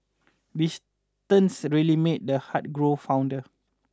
distance really made the heart grow fonder